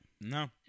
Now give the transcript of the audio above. No